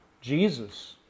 Jesus